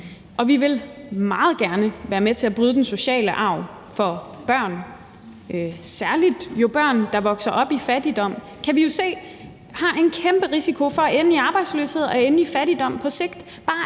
og vi vil meget gerne være med til at bryde den sociale arv for børn. Særlig børn, der vokser op i fattigdom, kan vi jo se har en kæmpe risiko for at ende i arbejdsløshed og ende i fattigdom på sigt.